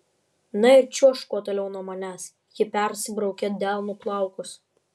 na ir čiuožk kuo toliau nuo manęs ji persibraukė delnu plaukus